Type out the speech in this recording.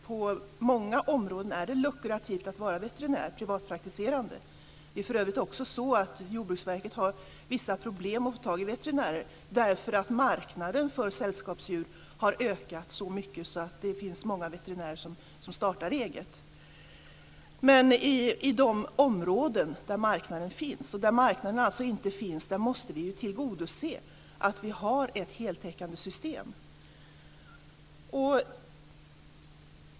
På många områden är det nämligen lukrativt att vara privatpraktiserande veterinär. Jordbruksverket har för övrigt vissa problem att få tag i veterinärer därför att marknaden för sällskapsdjur har ökat så mycket att det finns många veterinärer som startar eget. Men det gäller de områden där marknaden finns. Men där marknaden inte finns måste vi ju tillgodose att vi har ett heltäckande system.